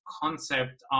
concept